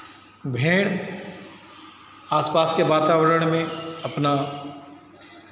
भेंड़ आसपास के वातावरण में अपना